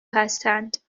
هستند